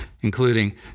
including